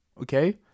Okay